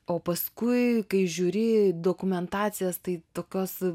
o paskui kai žiūri dokumentacijas tai tokios